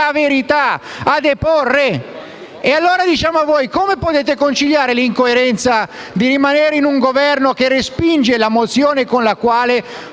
verità, a deporre. Chiediamo quindi come potete conciliare l'incoerenza di rimanere in un Governo che respinge la mozione con la quale